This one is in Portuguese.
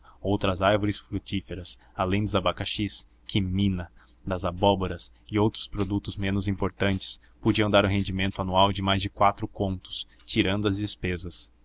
outras árvores frutíferas além dos abacaxis que mina das abóboras e outros produtos menos importantes podiam dar o rendimento anual e mais de quatro contos tirando as despesas